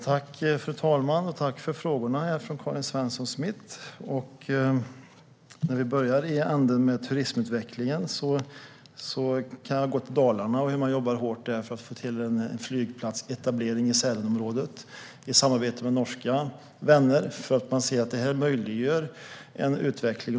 Fru talman! Tack för frågorna, Karin Svensson Smith! Om vi börjar med turismutvecklingen kan jag gå till Dalarna, där man i samarbete med norska vänner jobbar hårt för att få till en flygplatsetablering i Sälenområdet eftersom man ser att det möjliggör utveckling.